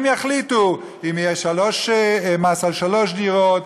הם יחליטו אם יהיה מס על שלוש דירות,